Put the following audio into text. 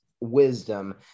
wisdom